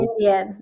India